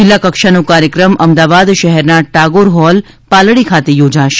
જિલ્લા કક્ષાનો કાર્યક્રમ અમદાવાદ શહેરના ટાગોર હોલ પાલડી ખાતે યોજાશે